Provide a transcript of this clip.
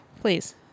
Please